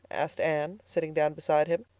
asked anne, sitting down beside him.